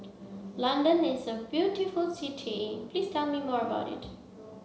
London is a beautiful city Please tell me more about it